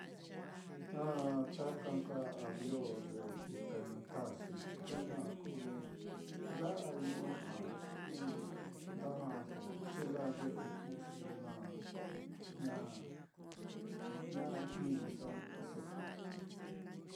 taka nka avion ye ikai nuu taxi, ye naá kuu lo ya'a ñuu á, nda ja'aso chilaa ye u'u xi ye naá ña-ña-iniso so.